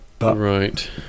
Right